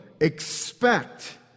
expect